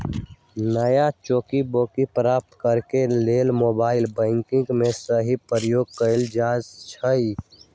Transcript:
नया cheque book प्राप्त करेके लेल मोबाइल बैंकिंग के सेहो प्रयोग कएल जा सकइ छइ